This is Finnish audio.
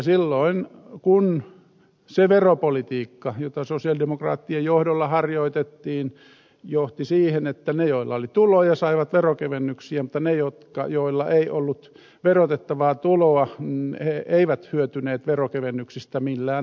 silloin se veropolitiikka jota sosialidemokraattien johdolla harjoitettiin johti siihen että ne joilla oli tuloja saivat veronkevennyksiä mutta ne joilla ei ollut verotettavaa tuloa eivät hyötyneet veronkevennyksistä millään tavalla